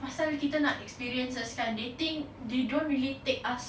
pasal kita nak experiences kan they think they don't really take us